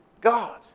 God